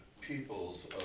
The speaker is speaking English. peoples